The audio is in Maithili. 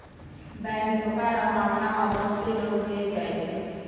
बैंक धोखा रो मामला मे बहुते लोग जेल जाय छै